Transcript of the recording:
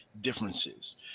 differences